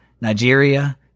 Nigeria